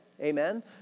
Amen